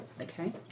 Okay